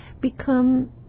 become